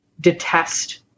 detest